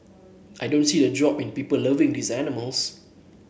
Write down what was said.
I don't see a drop in people loving these animals